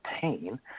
pain